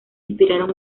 inspiraron